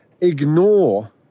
ignore